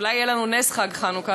אולי יהיה לנו נס חג חנוכה.